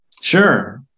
Sure